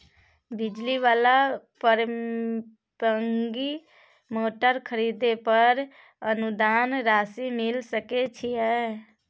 बिजली वाला pumping motor खरीदे पर अनुदान राशि मिल सके छैय?